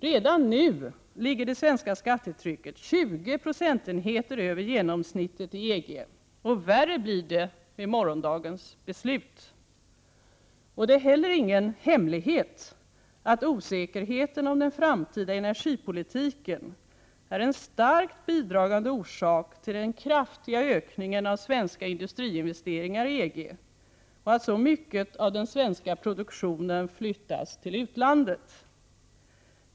Redan nu ligger det svenska skattetrycket 20 procentenheter över genomsnittet i EG, och värre blir det med morgondagens beslut. Det är heller ingen hemlighet att osäkerheten om den framtida energipolitiken är en starkt bidragande orsak till den kraftiga ökningen av svenska industriinvesteringar i EG och att så mycket av den svenska produktionen flyttas till utlandet.